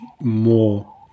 more